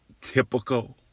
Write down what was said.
Typical